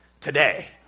today